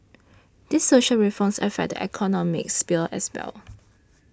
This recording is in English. these social reforms affect the economic sphere as well